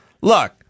look